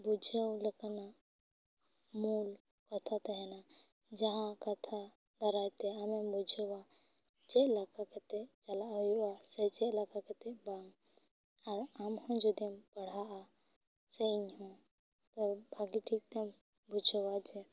ᱵᱩᱡᱷᱦᱟᱹᱣ ᱞᱮᱠᱟᱱᱟᱜ ᱢᱩᱞ ᱠᱟᱛᱷᱟ ᱛᱮᱦᱮᱱᱟ ᱡᱟᱦᱟᱸ ᱠᱟᱛᱷᱟ ᱫᱟᱨᱟᱭ ᱛᱮ ᱟᱢᱮᱢ ᱵᱩᱡᱷᱟᱹᱣᱼᱟ ᱪᱮᱫ ᱞᱮᱠᱟ ᱠᱟᱛᱮ ᱪᱟᱞᱟᱜ ᱦᱩᱭᱩᱜᱼᱟ ᱥᱮ ᱪᱮᱫ ᱞᱮᱠᱟ ᱠᱟᱛᱮᱫ ᱵᱟᱝ ᱟᱨ ᱟᱢ ᱦᱚᱸ ᱡᱩᱫᱤᱢ ᱯᱟᱲᱦᱟᱼᱟ ᱥᱮ ᱤᱧᱦᱚᱸ ᱵᱷᱟᱹᱜᱤ ᱴᱷᱤᱠᱛᱮᱢ ᱵᱩᱡᱷᱟᱹᱣᱼᱟ ᱡᱮ